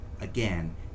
again